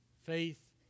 Faith